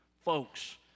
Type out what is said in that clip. Folks